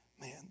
Man